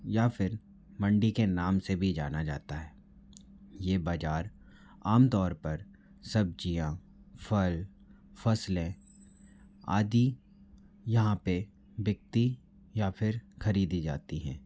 या फिर मंडी के नाम से भी जाना जाता है यह बाज़ार आमतौर पर सब्ज़ियाँ फल फसलें आदि यहाँ पर बिकती या फिर ख़रीदी जाती हैं